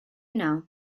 know